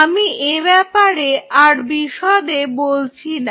আমি এ ব্যাপারে আর বিশদে বলছি না